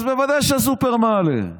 אז בוודאי שהסופר מעלה.